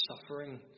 suffering